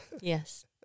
yes